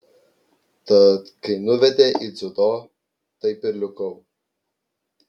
tad kai nuvedė į dziudo taip ir likau